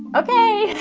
ok,